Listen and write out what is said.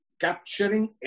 capturing